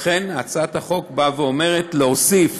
לכן הצעת החוק באה ואומרת להוסיף